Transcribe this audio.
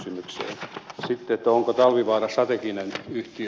sitten se onko talvivaara strateginen yhtiö